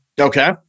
Okay